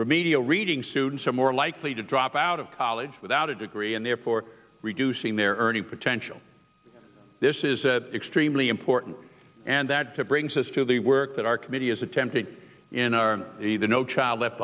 remedial reading students are more likely to drop out of college without a degree and therefore reducing their earning potential this is extremely important and that to brings us to the work that our committee is attempting in our the the no child left